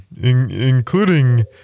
including